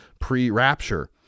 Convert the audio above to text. pre-rapture